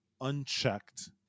unchecked